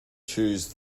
choose